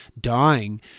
dying